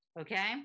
okay